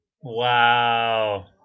Wow